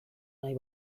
nahi